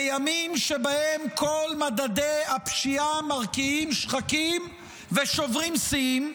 בימים שבהם כל מדדי הפשיעה מרקיעים שחקים ושוברים שיאים,